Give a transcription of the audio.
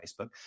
Facebook